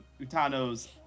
Utano's